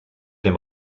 dem